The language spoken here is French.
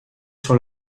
sur